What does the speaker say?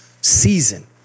season